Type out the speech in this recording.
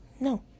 no